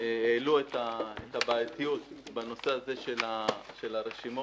העלו את הבעייתיות בנושא של הרשימות,